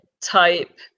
type